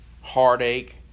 heartache